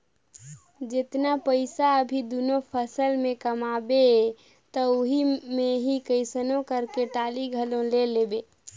जेतना पइसा अभी दूनो फसल में कमाबे त ओही मे ही कइसनो करके टाली घलो ले लेबे